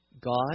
God